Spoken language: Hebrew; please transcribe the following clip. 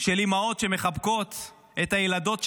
של אימהות שמחבקות את הילדות שלהן,